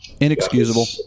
inexcusable